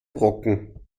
brocken